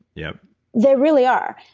yeah they really are.